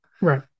Right